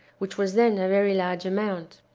which was then a very large amount.